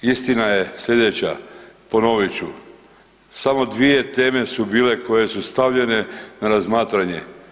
Istina je slijedeća, ponovit ću, samo dvije teme su bile koje su stavljene na razmatranje.